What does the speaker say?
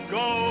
go